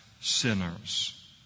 sinners